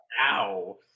Ow